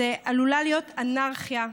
זו עלולה להיות אנרכיה,